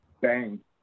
bang